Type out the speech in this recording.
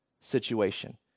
situation